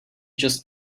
just